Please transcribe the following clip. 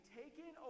taken